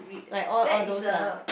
like all all those lah